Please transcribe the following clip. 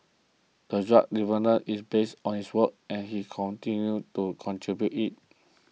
the drug development is based on his work and he continued to contribute it